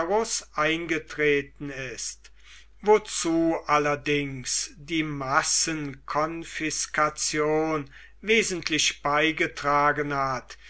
eingetreten ist wozu allerdings die massenkonfiskation wesentlich beigetragen hat